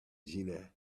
jeanne